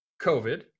COVID